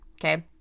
okay